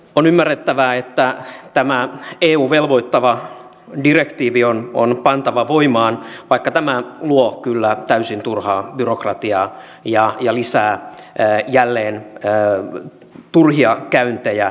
on ymmärrettävää että tämä eun velvoittava direktiivi on pantava voimaan vaikka tämä luo kyllä täysin turhaa byrokratiaa ja lisää jälleen käymä tuli ja käyttö ja